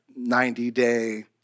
90-day